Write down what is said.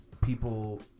people